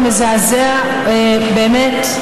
המזעזע באמת,